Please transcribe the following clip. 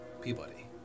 Peabody